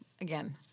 again